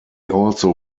also